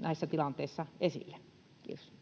näissä tilanteissa esille. — Kiitos.